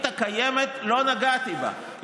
נכון,